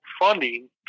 funding